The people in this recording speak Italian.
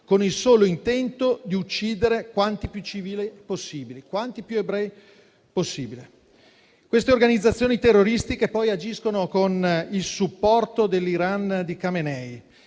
con il solo intento di uccidere quanti più civili possibili, quanti più ebrei possibili. Queste organizzazioni terroristiche agiscono con il supporto dell'Iran di Khamenei,